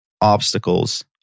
obstacles